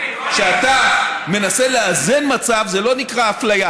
כשאתה מנסה לאזן מצב זה לא נקרא אפליה,